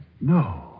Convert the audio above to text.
No